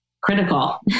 critical